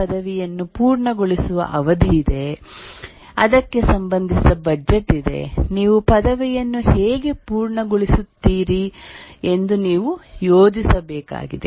Tech ಪದವಿಯನ್ನು ಪೂರ್ಣಗೊಳಿಸುವ ಅವಧಿ ಇದೆ ಅದಕ್ಕೆ ಸಂಬಂಧಿಸಿದ ಬಜೆಟ್ ಇದೆ ನೀವು ಪದವಿಯನ್ನು ಹೇಗೆ ಪೂರ್ಣಗೊಳಿಸುತ್ತೀರಿ ಎಂದು ನೀವು ಯೋಜಿಸಬೇಕಾಗಿದೆ